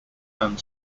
and